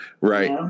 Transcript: Right